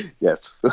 Yes